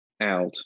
out